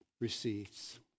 receives